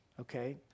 okay